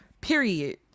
period